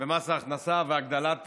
ההכנסה והגדלת